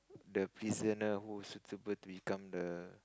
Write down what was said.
the prisoner who is suitable to become the